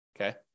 okay